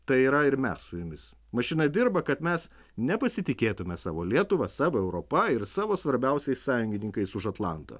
tai yra ir mes su jumis mašina dirba kad mes nepasitikėtume savo lietuva savo europa ir savo svarbiausiais sąjungininkais už atlanto